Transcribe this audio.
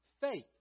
faith